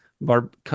barb